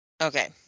Okay